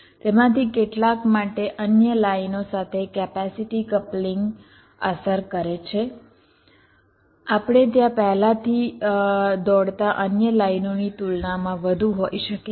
તેમાંથી કેટલાક માટે અન્ય લાઇનો સાથે કેપેસિટી કપલિંગ અસર કરે છે આપણે ત્યાં પહેલાથી દોડતા અન્ય લાઇનોની તુલનામાં વધુ હોઈ શકે છે